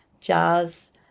jazz